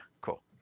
cool